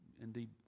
indeed